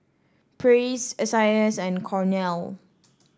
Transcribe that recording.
Praise S I S and Cornell